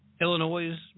Illinois